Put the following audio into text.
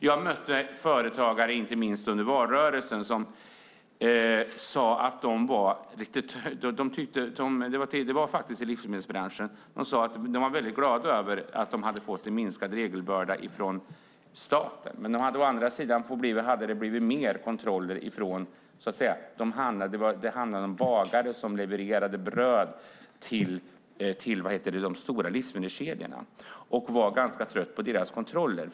Jag mötte inte minst under valrörelsen företagare i livsmedelsbranschen som sade att de var väldigt glada över att de hade fått en minskad regelbörda från staten. Men å andra sidan hade det blivit mer kontroller. Det handlade om bagare som levererade bröd till de stora livsmedelskedjorna och var ganska trötta på deras kontroller.